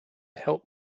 help